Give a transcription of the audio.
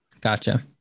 gotcha